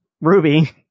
Ruby